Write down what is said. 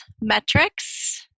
metrics